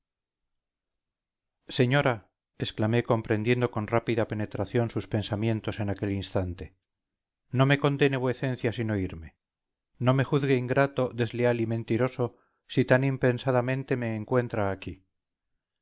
señora exclamé comprendiendo con rápida penetración sus pensamientos en aquel instante no me condene vuecencia sin oírme no me juzgue ingrato desleal y mentiroso si tan impensadamente me encuentra aquí